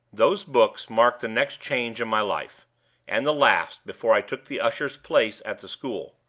those books mark the next change in my life and the last, before i took the usher's place at the school.